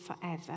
forever